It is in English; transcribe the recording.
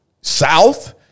south